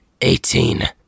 eighteen